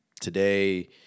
Today